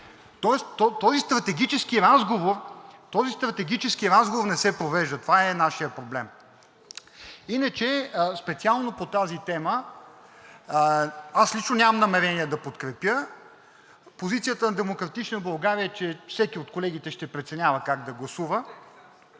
този стратегически разговор не се провежда, това е нашият проблем. Иначе специално по тази тема аз лично нямам намерение да подкрепя. Позицията на „Демократична България“ е, че всеки от колегите ще преценява как да гласува